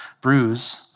bruise